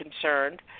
concerned